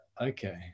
okay